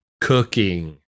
cooking